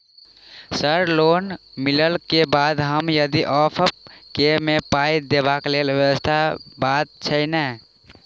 Sir loan मिलला केँ बाद हम यदि ऑफक केँ मे पाई देबाक लैल व्यवस्था बात छैय नै?